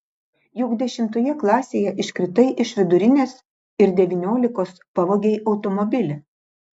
juk dešimtoje klasėje iškritai iš vidurinės ir devyniolikos pavogei automobilį